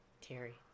Terry